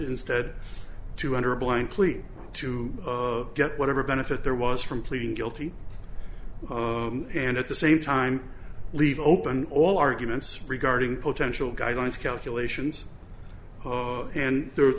instead to under blankly to get whatever benefit there was from pleading guilty and at the same time leave open all arguments regarding potential guidelines calculations and there